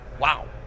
wow